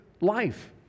life